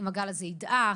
אם הגל הזה ידעך.